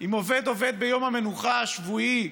אם עובד עובד ביום המנוחה השבועי,